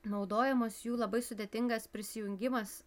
naudojamos jų labai sudėtingas prisijungimas